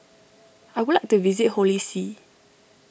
I would like to visit Holy See